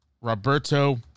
Roberto